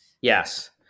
Yes